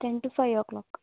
ten to five O clock